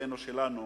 בחברתנו שלנו